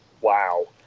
wow